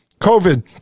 covid